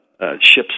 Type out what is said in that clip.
ship's